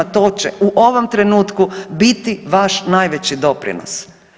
To će u ovom trenutku biti vaš najveći doprinos.